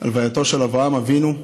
הלווייתו של אברהם אבינו,